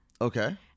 Okay